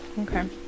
Okay